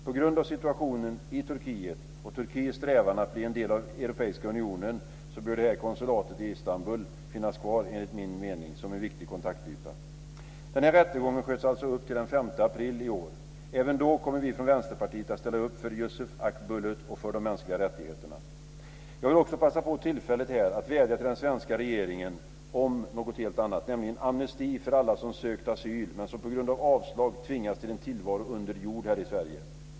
På grund av situationen i Turkiet och Turkiets strävan att bli en del av Europeiska unionen bör det här konsulatet i Istanbul finnas kvar, enligt min mening, som en viktig kontaktyta. Den här rättegången sköts alltså upp till den 5 april i år. Även då kommer vi från Vänsterpartiet att ställa upp för Yusuf Akbulut och för de mänskliga rättigheterna. Jag vill också passa på tillfället här att vädja till den svenska regeringen om något helt annat, nämligen amnesti för alla som har sökt asyl men som på grund av avslag har tvingats till en tillvaro under jord här i Sverige.